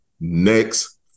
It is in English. next